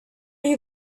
you